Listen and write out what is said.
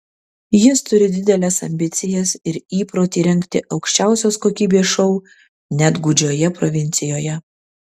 jis turi dideles ambicijas ir įprotį rengti aukščiausios kokybės šou net gūdžioje provincijoje